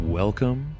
welcome